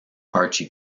archie